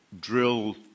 drill